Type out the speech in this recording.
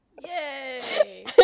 Yay